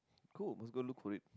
cool let's go look for it